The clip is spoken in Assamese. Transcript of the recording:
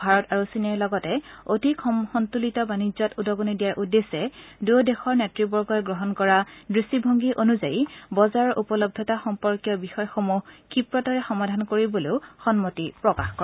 ভাৰত আৰু চীনে লগতে অধিক সন্ত্বলিত বাণিজ্যত উদগনি দিয়াৰ উদ্দেশ্যে দুয়ো দেশৰ নেতৃবগ্হি গ্ৰহণ কৰা দৃষ্টিভংগী অনুযায়ী বজাৰৰ উপলব্ধতা সম্পৰ্কীয় বিষয়সমূহ ক্ষীপ্ৰতাৰে সমাধান কৰিবলৈও সন্মতি প্ৰকাশ কৰে